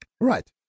right